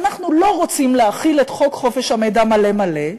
אנחנו לא רוצים להחיל את חוק חופש המידע מלא מלא,